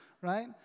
right